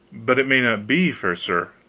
but it may not be, fair sir,